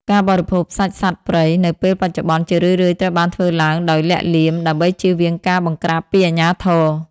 ការបរិភោគសាច់សត្វព្រៃនៅពេលបច្ចុប្បន្ន ជារឿយៗត្រូវបានធ្វើឡើងដោយលាក់លៀម ដើម្បីជៀសវាងការបង្ក្រាបពីអាជ្ញាធរ។